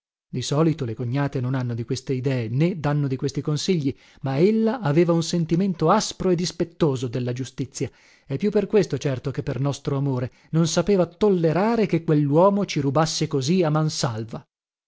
di solito le cognate non hanno di queste idee né dànno di questi consigli ma ella aveva un sentimento aspro e dispettoso della giustizia e più per questo certo che per nostro amore non sapeva tollerare che quelluomo ci rubasse così a man salva